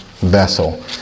Vessel